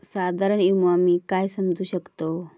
साधारण विमो आम्ही काय समजू शकतव?